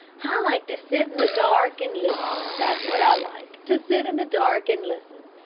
i like to sit in the dark and listen, that's what i like, to sit in the dark and listen.